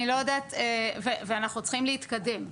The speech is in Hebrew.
אני לא יודעת ואנחנו צריכים להתקדם,